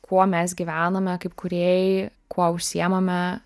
kuo mes gyvename kaip kūrėjai kuo užsiimame